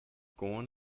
gone